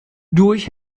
durch